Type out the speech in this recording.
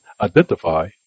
identify